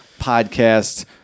podcast